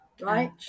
right